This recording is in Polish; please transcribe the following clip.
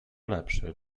lepsze